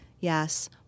Yes